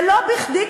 ולא בכדי,